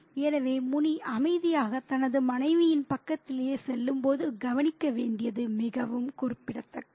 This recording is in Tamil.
எனவே முனி அமைதியாக தனது மனைவியின் பக்கத்திலேயே செல்லும்போது கவனிக்க வேண்டியது மிகவும் குறிப்பிடத்தக்கது